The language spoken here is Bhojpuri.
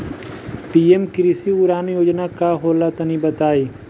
पी.एम कृषि उड़ान योजना का होला तनि बताई?